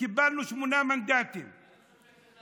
קיבלנו שמונה מנדטים, אני חושב שאני צריך ללכת.